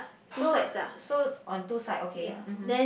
so uh so on two side okay mmhmm